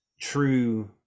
true